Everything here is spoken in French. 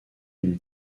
une